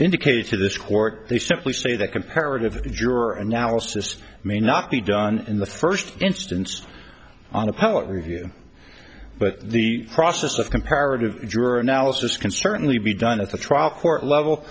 indicated to this court they simply say that comparative juror analysis may not be done in the first instance on appellate review but the process of comparative juror analysis can certainly be done at the trial court level